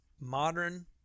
modern